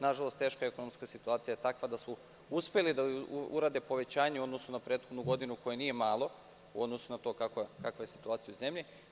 Nažalost, teška ekonomska situacija je takva da su uspeli da urade povećanje u odnosu na prethodnu godinu, koje nije malo u odnosu na to kakva je situacija u zemlji.